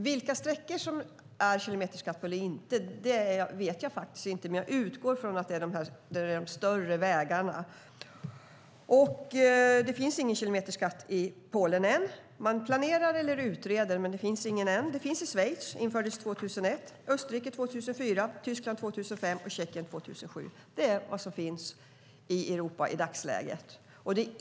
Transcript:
Vilka sträckor som är belagda med kilometerskatt vet jag inte, men jag utgår från att det är de större vägarna. Det finns ingen kilometerskatt i Polen ännu. Man planerar eller utreder frågan, men det finns ingen ännu. Det finns i Schweiz sedan 2001. I Österrike infördes det 2004, i Tyskland 2005 och i Tjeckien 2007. Det är vad som finns i Europa i dagsläget.